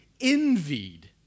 envied